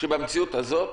שבמציאות הזאת